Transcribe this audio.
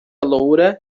loura